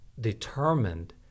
determined